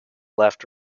left